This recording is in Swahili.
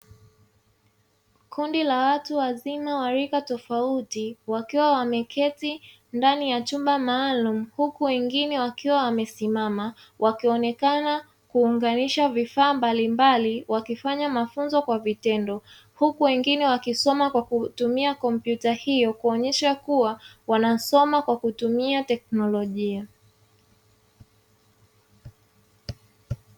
Kundi la watu wazima wa rika tofauti, wakiwa wameketi ndani ya chumba maalum huku wengine wakiwa wamesimama, wakionekana kuunganisha vifaa mbalimbali, wakifanya mafunzo kwa vitendo huku wengine wakisoma kwa kutumia kompyuta hiyo kuonyesha kuwa wanasoma kwa kutumia teknolojia.